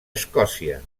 escòcia